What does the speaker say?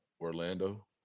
Orlando